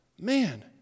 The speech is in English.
man